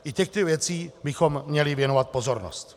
I těmto věcem bychom měli věnovat pozornost.